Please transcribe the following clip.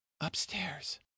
upstairs